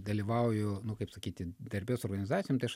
dalyvauju nu kaip sakyti darbe su organizacijom tai aš